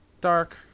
dark